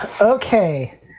okay